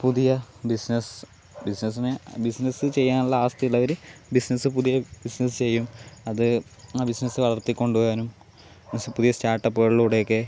പുതിയ ബിസിനസ്സ് ബിസിനസ്സിന് ബിസിനസ്സ് ചെയ്യാനുള്ള ആസ്തി ഉള്ളവർ ബിസിനസ്സ് പുതിയ ബിസിനസ്സ് ചെയ്യും അത് ആ ബിസിനസ്സ് വളർത്തി കൊണ്ടു വരാനും പുതിയ സ്റ്റാർട്ടപ്പുകളിലൂടെയൊക്കെ